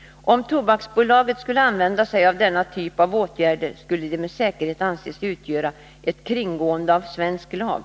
Om Tobaksbolaget skulle använda sig av denna typ av åtgärder skulle det med säkerhet anses utgöra ett kringgående av svensk lag.